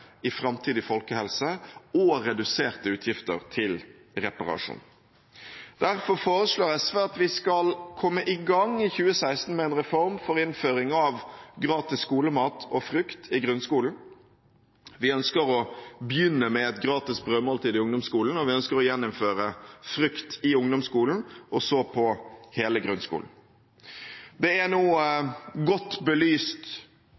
i framtidig folkehelse og reduserte utgifter til reparasjon. Derfor foreslår SV at vi skal komme i gang i 2016 med en reform for innføring av gratis skolemat og frukt i grunnskolen. Vi ønsker å begynne med et gratis brødmåltid i ungdomsskolen, og vi ønsker å gjeninnføre frukt i ungdomsskolen og så i hele grunnskolen. Det er nå godt belyst